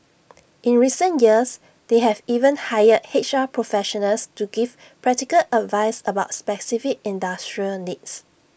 in recent years they have even hired H R professionals to give practical advice about specific industry needs